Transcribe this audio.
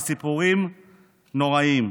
סיפורים נוראיים,